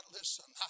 listen